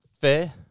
fair